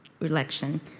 election